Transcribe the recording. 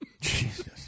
Jesus